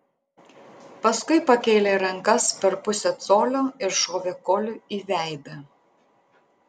paskui pakėlė rankas per pusę colio ir šovė koliui į veidą